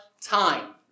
time